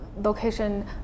location